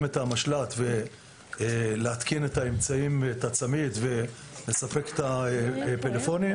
את המשל"ט ולהתקין את הצמיד ולספק את הפלאפונים.